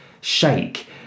shake